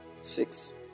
Six